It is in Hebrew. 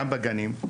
גם בגנים.